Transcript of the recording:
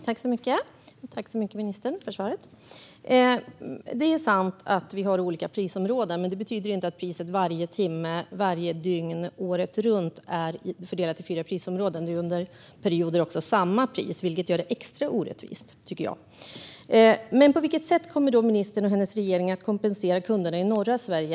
Herr talman! Tack, ministern, för svaret! Det är sant att vi har olika prisområden. Men det betyder inte att priset är samma fördelat på fyra prisområden varje timme, varje dygn, året runt och under alla perioder. Det gör det extra orättvist, menar jag. På vilket sätt och när kommer ministern och hennes regering att kompensera kunderna i norra Sverige?